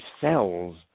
cells